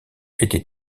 était